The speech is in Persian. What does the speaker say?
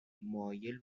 مایل